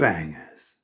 Bangers